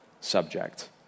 subject